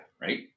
right